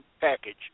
package